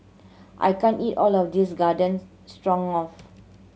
I can't eat all of this Garden Stroganoff